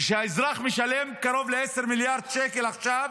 כשהאזרח משלם קרוב ל-10 מיליארד שקל עכשיו,